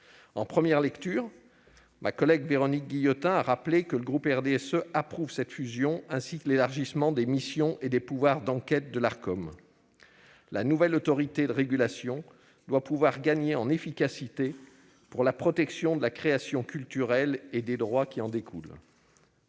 En première lecture, ma collègue Véronique Guillotin avait rappelé que le groupe RDSE approuvait cette fusion, ainsi que l'élargissement des missions et des pouvoirs d'enquête de l'Arcom. La nouvelle autorité de régulation doit gagner en efficacité pour la protection de la création culturelle et des droits qui en découlent.